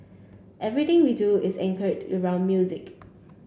everything we do is anchored around music